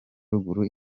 ruguru